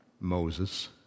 Moses